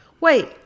Wait